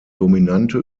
dominante